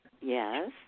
Yes